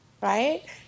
right